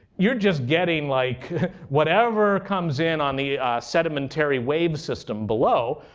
you're just getting like whatever comes in on the sedimentary wave system below.